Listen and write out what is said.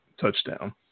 touchdown